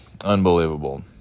Unbelievable